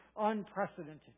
unprecedented